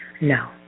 No